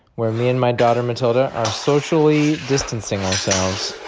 where me and my daughter matilda are socially distancing ourselves.